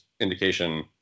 indication